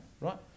right